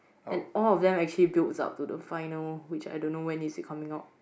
and all of them actually builds up to the final which I don't know when is it coming out